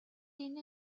энэ